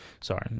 Sorry